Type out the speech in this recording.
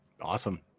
Awesome